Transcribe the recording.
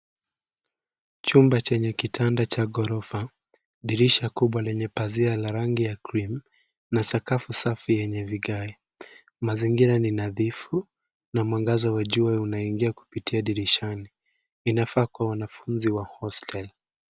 Chumba chenye kitanda cha ghorofa, dirisha kubwa lenye pazia la rangi ya cream na sakafu safi yenye vigae. Mazingira ni nadhifu na mwangaza wa jua unaingia kupitia dirishani. Inafaa kuwa wanafuzi wa hostel .